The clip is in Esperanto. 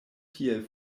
tiel